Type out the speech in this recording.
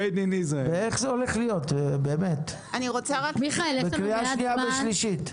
איך זה הולך להיות, בקריאה שנייה ושלישית?